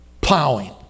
plowing